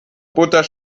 butter